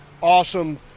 awesome